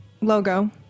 logo